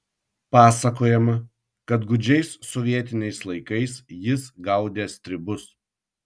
pasakojama kad gūdžiais sovietiniais laikais jis gaudė stribus